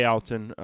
Alton